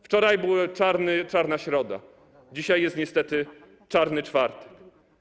Wczoraj była czarna środa, dzisiaj jest niestety czarny czwartek.